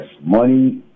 money